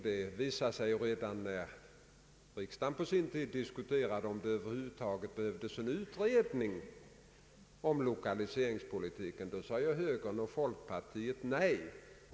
Det visade sig redan när riksdagen på sin tid diskuterade om det över huvud taget behövdes en utredning om lokaliseringspolitiken. Då sade högern och folkpartiet nej.